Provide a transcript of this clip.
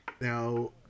now